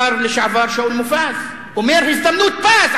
השר לשעבר שאול מופז אומר: הזדמנות פז,